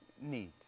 need